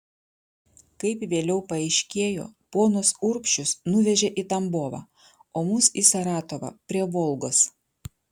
kaip vėliau paaiškėjo ponus urbšius nuvežė į tambovą o mus į saratovą prie volgos